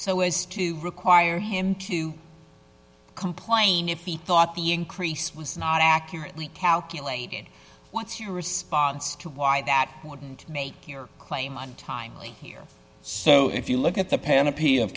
so as to require him to complain if he thought the increase was not accurately calculated what's your response to why that wouldn't make your claim on time here so if you look at the p